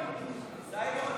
תוצאות ההצבעה: